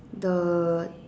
the